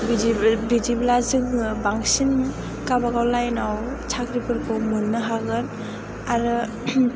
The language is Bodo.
बिदिब्ला जोङो बांसिन गाबागाव लाइनाव साख्रिफोरखौ मोननो हागोन आरो